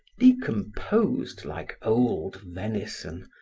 decomposed like old venison,